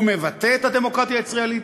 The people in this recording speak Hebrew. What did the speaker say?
הוא מבטא את הדמוקרטיה הישראלית,